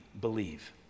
believe